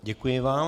Děkuji vám.